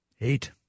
Eight